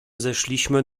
zeszliśmy